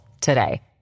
today